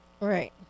Right